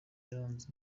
yaranze